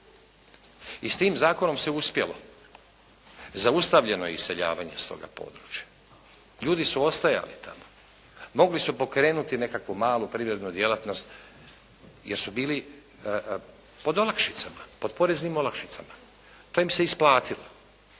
I s tim zakonom se uspjelo. Zaustavljeno je iseljavanje s toga područja. Ljudi su ostajali tamo, mogli su pokrenuti nekakvu malu privrednu djelatnost, jer su bili pod olakšicama, pod poreznim olakšicama, to im se isplatilo.